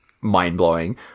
mind-blowing